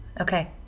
Okay